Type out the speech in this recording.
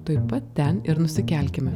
tuoj pat ten ir nusikelkime